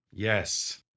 Yes